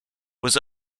was